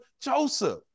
Joseph